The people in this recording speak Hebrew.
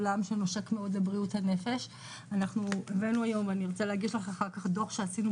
קטי תמיד דאגה שבבריאות הנפש של שתינו ובטח שלי גם בחוץ